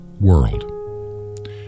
world